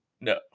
No